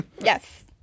Yes